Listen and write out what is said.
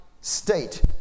state